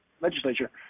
legislature